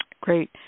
great